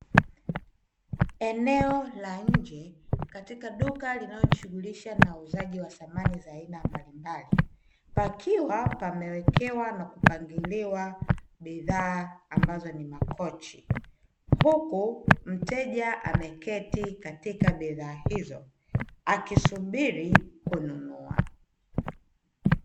Eneo la nje katika duka linalojishughulisha na uuzaji wa samani za aina mbalimbali, pakiwa pamewekewa na kupangiliwa bidhaa ambazo ni makochi, huku mteja ameketi katika bidhaa hizo akisubiri kununua.